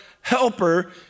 helper